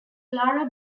clara